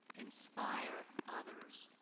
inspire others.